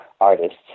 Artists